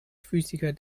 physiker